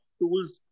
tools